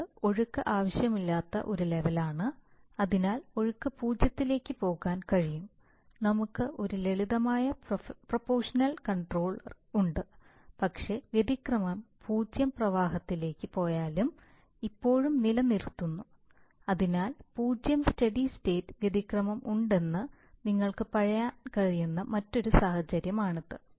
ഇത് ഒഴുക്ക് ആവശ്യമില്ലാത്ത ഒരു ലെവലാണ് അതിനാൽ ഒഴുക്ക് പൂജ്യത്തിലേക്ക് പോകാൻ കഴിയും നമുക്ക് ഒരു ലളിതമായ പ്രൊപോഷണൽ കൺട്രോൾ ഉണ്ട് പക്ഷേ വ്യതിക്രമം പൂജ്യ പ്രവാഹത്തിലേക്ക് പോയാലും ഇപ്പോഴും നില നിലനിർത്തുന്നു അതിനാൽ 0 സ്റ്റെഡി സ്റ്റേറ്റ് വ്യതിക്രമം ഉണ്ടെന്ന് നിങ്ങൾക്ക് പറയാൻ കഴിയുന്ന മറ്റൊരു സാഹചര്യമാണിത്